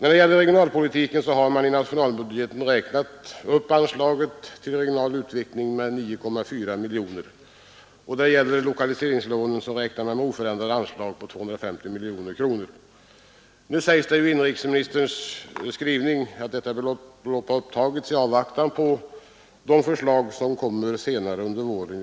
Då det gäller regionalpolitiken har man i nationalbudgeten räknat upp anslaget till regional utveckling med 9,4 miljoner. Då det gäller lokaliseringslånen räknar man med oförändrade anslag på 250 miljoner kronor. Nu säger inrikesministern i sin skrivning att dessa belopp upptagits i avvaktan på de förslag som kommer senare under våren.